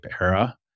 era